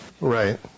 Right